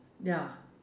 ya